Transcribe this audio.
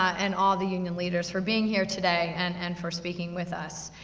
and all the union leaders for being here today, and and for speaking with us.